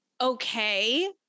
okay